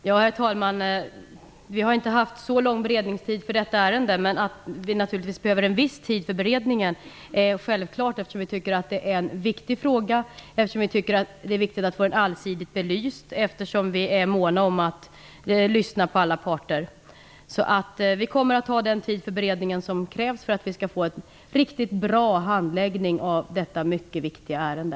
Herr talman! Vi har inte haft så lång beredningstid för detta ärende, men det är självklart att vi behöver en viss tid för beredningen eftersom vi tycker att det är en viktig fråga, eftersom vi tycker att det är viktigt att få den allsidigt belyst, eftersom vi är måna om att lyssna på alla parter. Vi kommer att ta den tid för beredningen som krävs för att vi skall få en riktigt bra handläggning av detta mycket viktiga ärende.